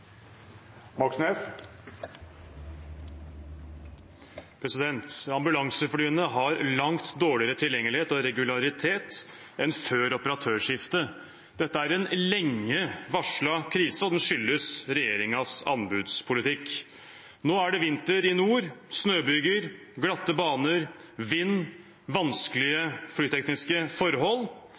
Moxnes – til oppfølgingsspørsmål. Ambulanseflyene har langt dårligere tilgjengelighet og regularitet enn før operatørskiftet. Dette er en lenge varslet krise, og den skyldes regjeringens anbudspolitikk. Nå er det vinter i nord, med snøbyger, glatte baner, vind og vanskelige flytekniske forhold.